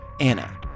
Anna